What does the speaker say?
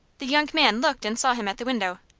the young man looked and saw him at the window.